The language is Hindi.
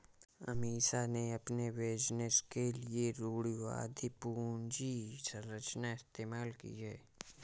अमीषा ने अपने बिजनेस के लिए रूढ़िवादी पूंजी संरचना इस्तेमाल की है